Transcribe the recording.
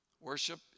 Worship